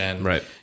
Right